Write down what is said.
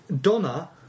Donna